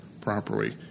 properly